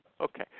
Okay